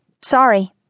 Sorry